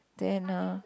then uh